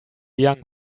young